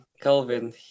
Kelvin